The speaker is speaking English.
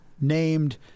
named